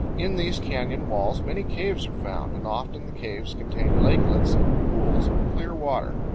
in these canyon walls many caves are found, and often the caves contain lakelets and pools of clear water.